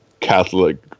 Catholic